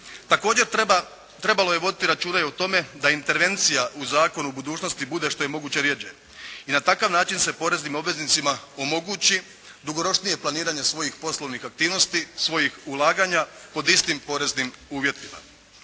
Također trebalo je voditi računa i o tome da intervencija u zakonu u budućnosti bude što je moguće rjeđe i na takav način se poreznim obveznicima omogući dugoročnije planiranje svojih poslovnih aktivnosti, svojih ulaganja pod istim poreznim uvjetima.